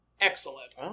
Excellent